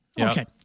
Okay